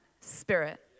spirit